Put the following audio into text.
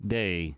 day